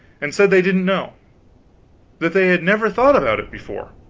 and said they didn't know that they had never thought about it before,